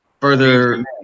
further